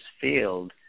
field